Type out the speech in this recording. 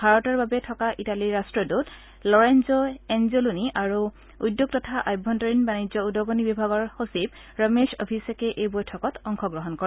ভাৰতৰ বাবে থকা ইটালীৰ ৰাষ্টদূত লৰেঞ্জো এঞ্জেলোনি আৰু উদ্যোগ তথা অভ্যন্তৰীণ বাণিজ্য উদগণি বিভাগৰ সচিব ৰমেশ অভিষেকে এই বৈঠকত অংশগ্ৰহণ কৰে